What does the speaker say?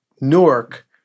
Newark